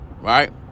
right